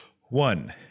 One